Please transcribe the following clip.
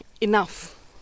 enough